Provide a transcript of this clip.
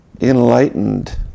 enlightened